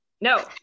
No